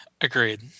Agreed